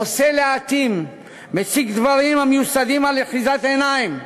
עושה להטים, מציג דברים המיוסדים על אחיזת עיניים.